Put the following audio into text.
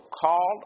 called